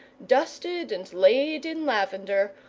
dusted and laid in lavender,